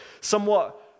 somewhat